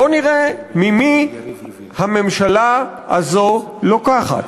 בואו נראה ממי הממשלה הזאת לוקחת.